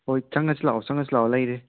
ꯍꯣꯏ ꯆꯪꯉꯁꯤ ꯂꯥꯛꯑꯣ ꯆꯪꯉꯁꯤ ꯂꯥꯛꯑꯣ ꯂꯩꯔꯦ